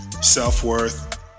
self-worth